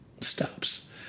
stops